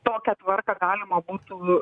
tokią tvarką galima būtų